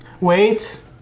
Wait